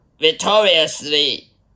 victoriously